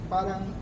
Parang